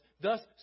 thus